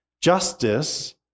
Justice